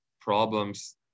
problems